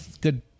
good